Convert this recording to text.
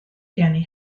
rhieni